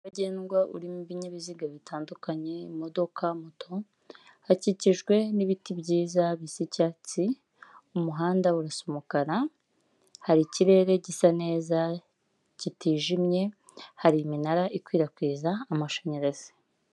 Ngendwa urimo ibinyabiziga bitandukanye imodoka, moto, hakikijwe n'ibiti byiza bisa icyatsi. Umuhanda usa umukara, hari ikirere gisa neza kitijimye, hari imanara ikwirakwiza amashanyarazi.